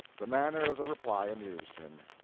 the manner of the reply amused him.